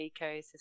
ecosystem